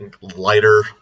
lighter